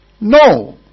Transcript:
No